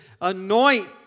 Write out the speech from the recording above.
anoint